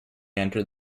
entered